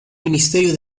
ministerio